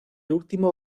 último